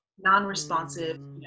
non-responsive